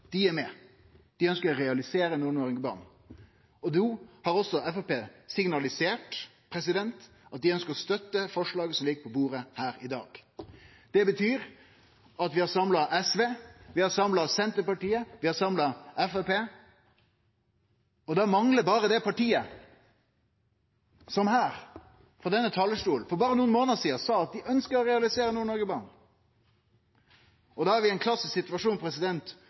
Dei er med, dei ønskjer å realisere Nord-Noreg-banen. No har også Framstegspartiet signalisert at dei ønskjer å støtte forslaget som ligg på bordet her i dag, og det betyr at vi har samla SV, vi har samla Senterpartiet, og vi har samla Framstegspartiet. Da manglar berre det partiet som her, frå denne talarstolen, for berre nokre månadar sidan, sa at dei ønskjer å realisere Nord-Noreg-banen. Da er vi i ein klassisk situasjon